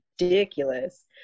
ridiculous